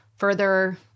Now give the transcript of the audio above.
further